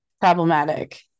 problematic